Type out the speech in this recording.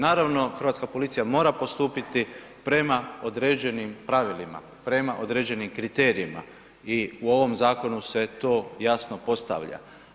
Naravno hrvatska policija mora postupiti prema određenim pravilima, prema određenim kriterijima i u ovom zakonu se to jasno postavlja.